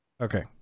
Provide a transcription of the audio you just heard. Okay